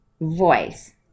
voice